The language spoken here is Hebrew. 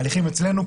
ההליכים אצלנו,